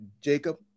Jacob